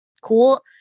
cool